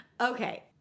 Okay